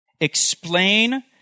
explain